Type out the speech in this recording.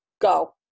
go